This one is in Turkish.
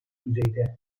düzeyde